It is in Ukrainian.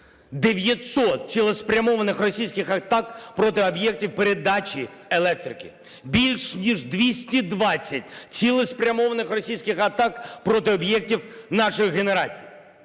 900 цілеспрямованих російських атак проти об'єктів передачі електрики, більш ніж 220 цілеспрямованих російських атак проти об'єктів нашої генерації.